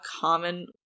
common